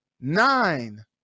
Nine